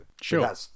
Sure